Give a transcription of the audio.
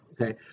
Okay